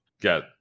get